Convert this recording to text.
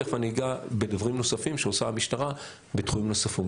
תיכף אני אגע בדברים שעושה המשטרה בתחומים נוספים.